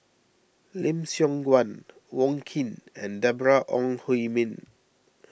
Lim Siong Guan Wong Keen and Deborah Ong Hui Min